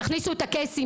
תכניסו את הקייסים,